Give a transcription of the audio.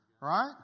right